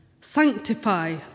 Sanctify